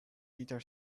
guitar